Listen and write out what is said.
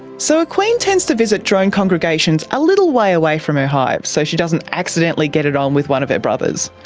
so a queen tends to visit drone congregations a little way away from her hive so she doesn't accidentally get it on with one of her brothers.